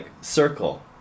circle